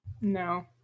No